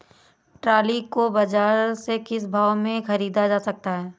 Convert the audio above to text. Trolley को बाजार से किस भाव में ख़रीदा जा सकता है?